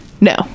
no